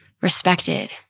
respected